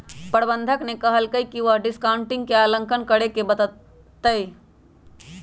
प्रबंधक ने कहल कई की वह डिस्काउंटिंग के आंकलन करके बतय तय